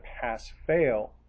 pass-fail